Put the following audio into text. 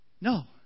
no